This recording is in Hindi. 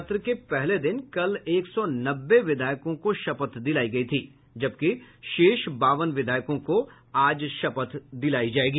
सत्र के पहले दिन कल एक सौ नब्बे विधायकों को शपथ दिलायी गयी थी जबकि शेष बावन विधायकों को आज शपथ दिलायी जायेगी